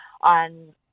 on